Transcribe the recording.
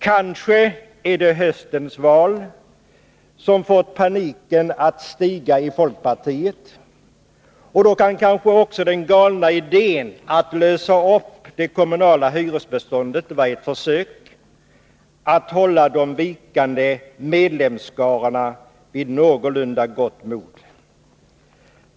Kanske är det höstens val som fått paniken att stiga i folkpartiet, och då kan kanske den galna idén att lösa upp det kommunala hyresbeståndet vara ett försök att hålla de vikande medlemsskarorna vid någorlunda gott mod.